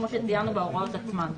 כמו שציינו בהוראות עצמן.